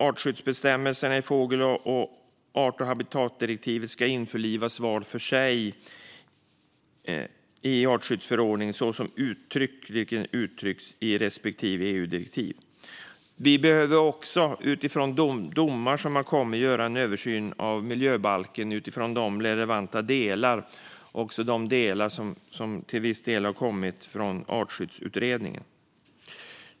Artskyddsbestämmelserna i fågeldirektivet och art och habitatdirektivet ska införlivas var för sig i artskyddsförordningen så som uttryckligen uttryckts i respektive EU-direktiv. Vi behöver också, utifrån de domar som har kommit, göra en översyn av miljöbalken utifrån de relevanta delar som till viss del har kommit från Artskyddsutredningen.